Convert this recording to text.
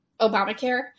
Obamacare